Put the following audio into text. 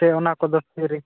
ᱥᱮ ᱚᱱᱟ ᱠᱚᱫᱚ ᱯᱷᱨᱤ